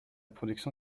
production